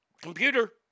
Computer